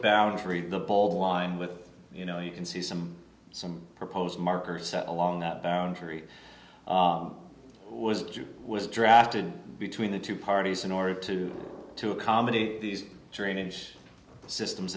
bound to read the whole line with you know you can see some some propose markers set along that boundary was was drafted between the two parties in order to to accommodate these drainage systems